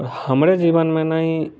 आओर हमरे जीवन मे नहि